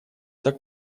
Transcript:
так